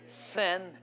Sin